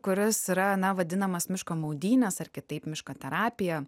kuris yra na vadinamas miško maudynės ar kitaip miško terapija